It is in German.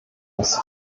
das